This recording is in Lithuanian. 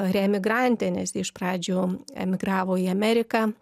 reemigrantė nes ji iš pradžių emigravo į ameriką